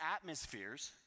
atmospheres